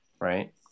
right